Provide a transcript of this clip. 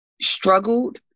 struggled